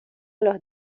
los